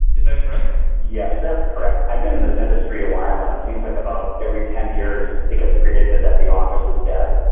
is that correct? yes, that's correct. i've been in this industry a while and it seems like about every ten years it gets predicted that the office is dead,